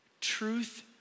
Truth